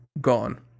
gone